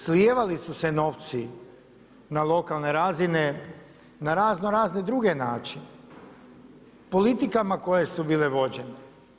Slijevali su se novci na lokalne razine na razno razne druge načine politikama koje su bile vođene.